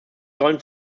sollen